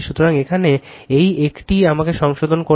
সুতরাং এখানে এই একটি এটি আমাকে সংশোধন করা হবে এটি হবে L 1 25 নয় 25